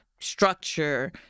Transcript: Structure